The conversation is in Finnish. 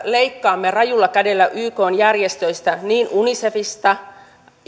leikkaamme rajulla kädellä ykn järjestöistä unicefista